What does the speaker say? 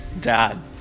Dad